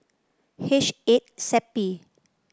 H eight SEPY